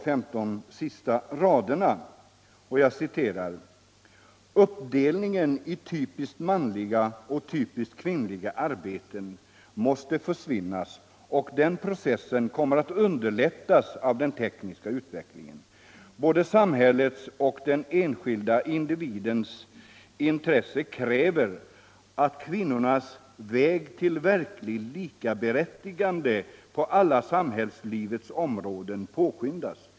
De sista styckena i den motionen lyder: "Uppdelningen i typiskt manliga och typiskt kvinnliga arbeten måste försvinna och den processen kommer att underlättas av den tekniska utvecklingen. Både samhällets och de enskilda individernas intressen kräver, att kvinnornas väg till verkligt likaberättigande på alla samhällslivets områden påskyndas.